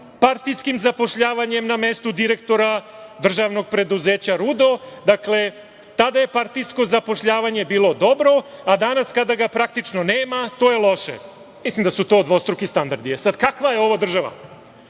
partijskim zapošljavanjem na mesto direktora državnog preduzeća „Rudo“. Dakle, tada je partijsko zapošljavanje bilo dobro, a danas kada ga praktično nema – to je loše. Mislim da su to dvostruki standardi.E, sad, kakva je ovo država?